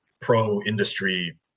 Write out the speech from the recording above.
pro-industry